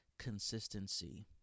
Consistency